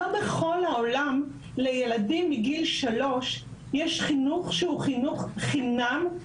לא בכל העולם לילדים מגיל שלוש יש חינוך שהוא חינוך חינם,